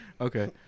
Okay